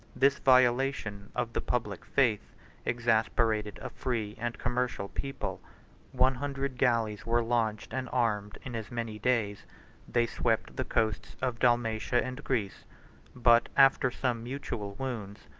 this violation of the public faith exasperated a free and commercial people one hundred galleys were launched and armed in as many days they swept the coasts of dalmatia and greece but after some mutual wounds,